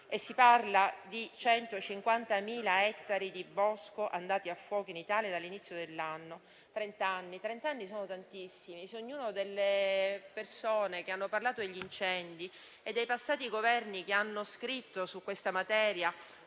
e sono 150.000 gli ettari di bosco andati a fuoco in Italia dall'inizio dell'anno. Trent'anni sono tantissimi. Se ognuna delle persone che hanno parlato degli incendi e se ognuno dei passati Governi che hanno scritto su questa materia